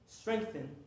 strengthen